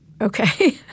Okay